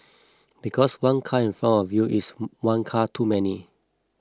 because one car in front of you is one car too many